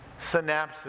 synapses